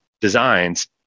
designs